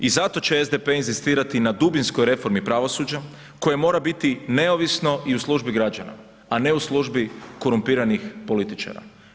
I zato će SDP inzistirati na dubinskoj reformi pravosuđa koje mora biti neovisno i u službi građana a ne u službi korumpiranih političara.